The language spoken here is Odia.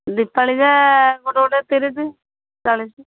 ଦୀପାଳି କା ଗୋଟେ ଗୋଟେ ତିରିଶି ଚାଳିଶି